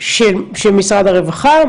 של משרד הרווחה?